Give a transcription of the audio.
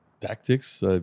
Tactics